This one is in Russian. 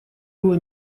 было